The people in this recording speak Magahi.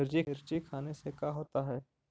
मिर्ची खाने से का होता है?